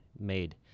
made